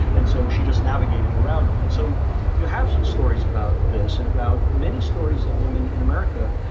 and so she just navigated around it and so you have stories about this and about many stories of women in america.